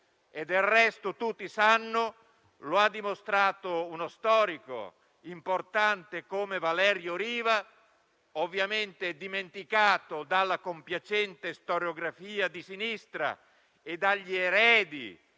Del resto, come ha dimostrato uno storico importante come Valerio Riva - ovviamente dimenticato dalla compiacente storiografia di sinistra e dagli eredi